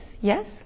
Yes